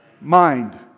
Mind